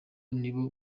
niwo